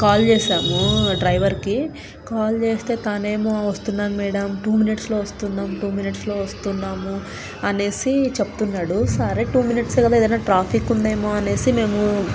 call చేసాము డ్రైవర్కి call చేస్తే తనేమో వస్తున్నాను మేడం టూ మినిట్స్లో వస్తున్నాము టూ మినిట్స్లో వస్తున్నాము అనేసి చెప్తున్నాడు సరే టూ మినిట్స్ కదా ఏదైనా ట్రాఫిక్ ఉందేమో అనేసి మేము